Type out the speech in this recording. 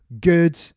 good